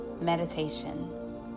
meditation